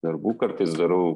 darbų kartais darau